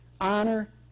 honor